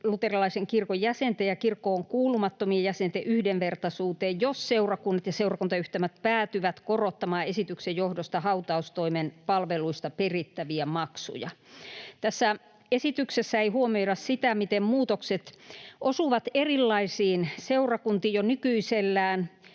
evankelis-luterilaisen kirkon jäsenten ja kirkkoon kuulumattomien jäsenten yhdenvertaisuuteen, jos seurakunnat ja seurakuntayhtymät päätyvät korottamaan esityksen johdosta hautaustoimen palveluista perittäviä maksuja. Tässä esityksessä ei huomioida sitä, miten muutokset osuvat erilaisiin seurakuntiin jo nykyisellään.